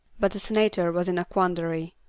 but the senator was in a quandary.